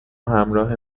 همراه